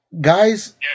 guys